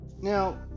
Now